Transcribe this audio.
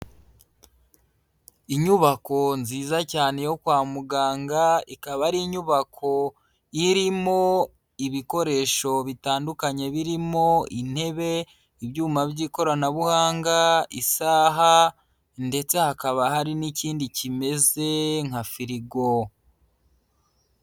Inyubako nziza cyane yo kwa muganga ikaba ari inyubako irimo ibikoresho bitandukanye birimo intebe, ibyuma by'ikoranabuhanga, ishaha ndetse hakaba hari n'ikindi kimeze nka firigo.